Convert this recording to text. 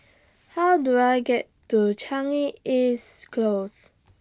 How Do I get to Changi East Close